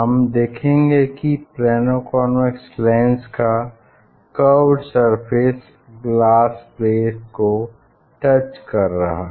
हम देखेंगे कि प्लेनो कॉन्वेक्स लेंस का कर्व्ड सरफेस ग्लास प्लेट को टच करेगा